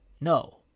No